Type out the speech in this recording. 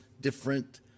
different